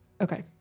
Okay